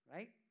Right